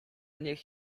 niech